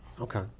Okay